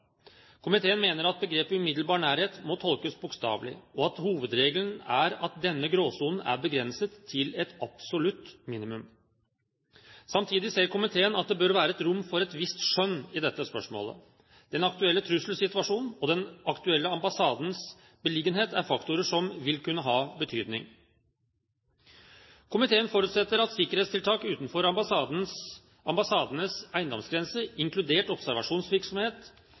Komiteen mener at begrepet «umiddelbare nærhet» må tolkes bokstavelig, og at hovedregelen er at denne gråsonen er begrenset til et absolutt minimum. Samtidig ser komiteen at det bør være rom for et visst skjønn i dette spørsmålet. Den aktuelle trusselsituasjonen og den aktuelle ambassadens beliggenhet er faktorer som vil kunne ha betydning. Komiteen forutsetter at sikkerhetstiltak utenfor ambassadenes eiendomsgrense, inkludert observasjonsvirksomhet,